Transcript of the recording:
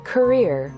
Career